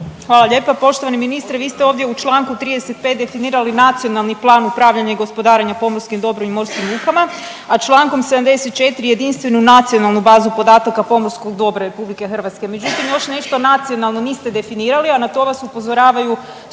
Hvala lijepa. Poštovani ministre vi ste ovdje u Članku 35. definirali Nacionalni plan upravljanja i gospodarenja pomorskim dobrom i morskim lukama, a Člankom 74. jedinstvenu Nacionalnu bazu podataka pomorskog dobra RH. Međutim, još nešto nacionalno niste definirali, a na to vas upozoravaju